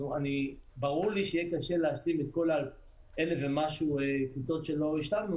ברור לי שיהיה קשה להשלים את כל 1,000 ומשהו כיתות שלא השלמנו